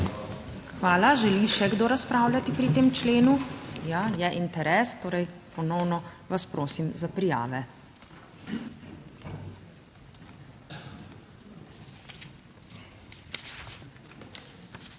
Hvala. Želi še kdo razpravljati pri tem členu? (Da.) Ja, je interes. Torej, ponovno vas prosim za prijave.